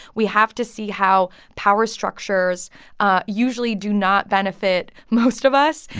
we have to see how power structures ah usually do not benefit most of us.